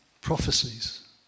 prophecies